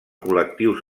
col·lectius